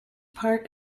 part